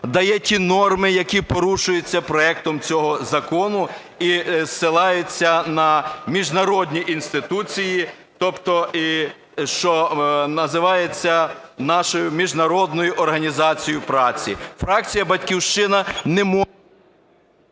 дає ті норми, які порушуються проектом цього закону, і зсилається на міжнародні інституції, тобто що називається нашою Міжнародною організаціє праці. Фракція "Батьківщина" не може...